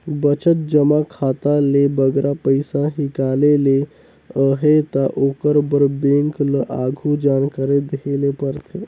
बचत जमा खाता ले बगरा पइसा हिंकाले ले अहे ता ओकर बर बेंक ल आघु जानकारी देहे ले परथे